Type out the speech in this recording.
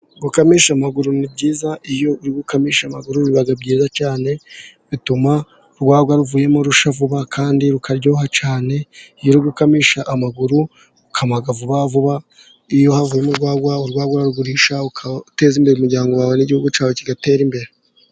Gukamisha amaguru ni byiza, iyo uri gukamisha amaguru biba byiza cyane, bituma urwagwa ruvuyemo rushya vuba kandi rukaryoha cyane, iyo uri gukamisha amaguru, ukama vuba vuba, iyo havuyemo urwagwa, urwagwa urarugurisha ugateza imbere umuryango wawe n'igihugu cyawe kigatera imbere.